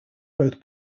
both